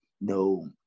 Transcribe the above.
no